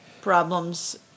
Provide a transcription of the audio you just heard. problems